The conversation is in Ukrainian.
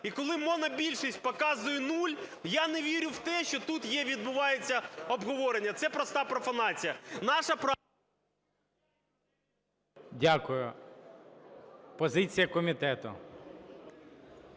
І коли монобільшість показує нуль, я не вірю в те, що тут є, відбувається обговорення, це проста профанація. Наша правка...